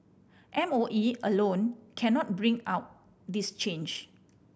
M O E alone cannot bring out this change